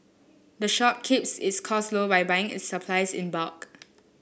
the shop keeps its costs low by buying its supplies in bulk